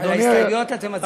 על ההסתייגויות אתם מצביעים בעד?